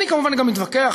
אני כמובן גם מתווכח,